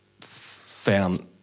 found